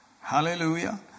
Hallelujah